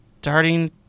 starting